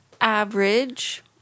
average